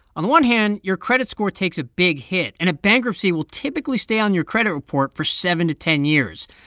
on one hand, your credit score takes a big hit, and a bankruptcy will typically stay on your credit report for seven to ten years,